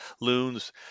loons